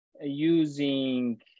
using